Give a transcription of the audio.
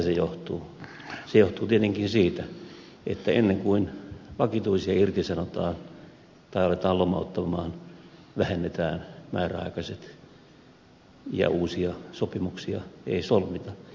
se johtuu tietenkin siitä että ennen kuin vakituisia irtisanotaan tai aletaan lomauttaa vähennetään määräaikaiset ja uusia sopimuksia ei solmita